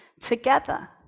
together